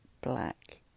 black